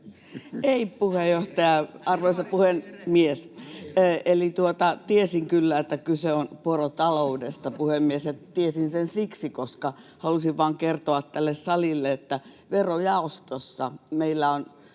Lindén: Demarit ei erehdy!] Tiesin kyllä, että kyse on porotaloudesta, puhemies, ja tiesin sen siksi, koska halusin vain kertoa tälle salille, että verojaostossa meillä on